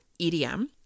EDM